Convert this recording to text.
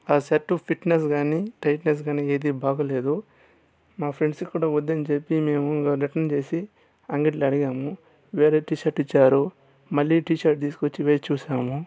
ఆ shirt fitness కానీ tightness కానీ ఏది బాగాలేదు మా ఫ్రెండ్స్కి కూడా వద్దని చెప్పి మేము రిటర్న్ చేసి అంగట్లో అడిగాము వేరే టీ షర్ట్ ఇచ్చారు మళ్లీ టీ షర్ట్ తీసుకొచ్చి వేసి చూసాము